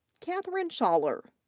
katherine schaller.